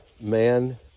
man